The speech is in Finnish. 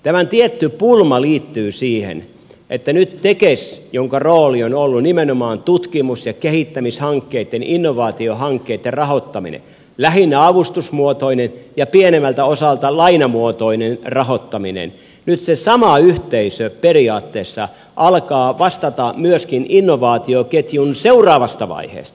tämän tietty pulma liittyy siihen että nyt tekes jonka rooli on ollut nimenomaan tutkimus ja kehittämishankkeitten innovaatiohankkeitten rahoittaminen lähinnä avustusmuotoinen ja pienemmältä osalta lainamuotoinen rahoittaminen nyt se sama yhteisö periaatteessa alkaa vastata myöskin innovaatioketjun seuraavasta vaiheesta